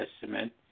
Testament